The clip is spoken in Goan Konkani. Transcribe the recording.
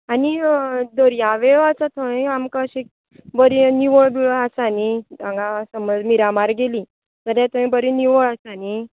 आनी अं दर्यावेळो आसात थंय आमकां अशें बरी निवळ बिवळ आसा नी हांगां समज मिरामार गेली जाल्यार थंय बरी निवळ आसा नी